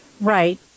Right